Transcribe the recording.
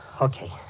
Okay